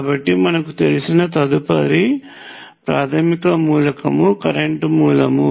కాబట్టి మనకు తెలిసిన తదుపరి ప్రాథమిక మూలకము కరెంట్ మూలము